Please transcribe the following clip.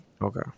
Okay